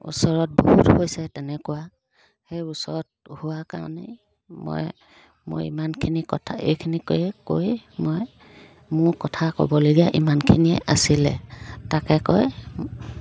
ওচৰত বহুত হৈছে তেনেকুৱা সেই ওচৰত হোৱা কাৰণেই মই মই ইমানখিনি কথা এইখিনি কৈয়ে কৈয়ে মই মোৰ কথা ক'বলগীয়া ইমানখিনিয়ে আছিলে তাকে কৈ